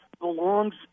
belongs